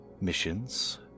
missions